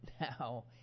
now